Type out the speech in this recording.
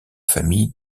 famille